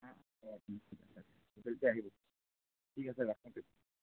গধূলিকৈ আহিব ঠিক আছে ৰাখিছোঁ